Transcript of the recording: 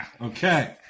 Okay